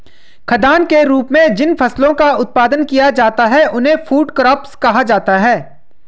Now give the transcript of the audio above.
खाद्यान्न के रूप में जिन फसलों का उत्पादन किया जाता है उन्हें फूड क्रॉप्स कहा जाता है